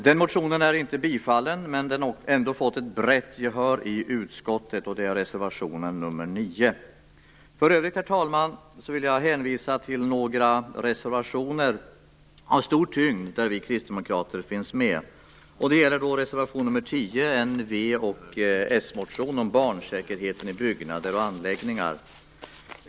Den motionen är inte bifallen, men den har fått ett brett gehör i utskottet. Det är reservation nr 9. För övrigt, herr talman, vill jag hänvisa till några reservationer, av stor tyngd, där vi kristdemokrater finns med. Det gäller reservation nr 10, en v och smotion om barnsäkerheten i byggnader och anläggningar.